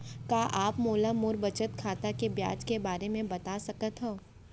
का आप मोला मोर बचत खाता के ब्याज के बारे म बता सकता हव?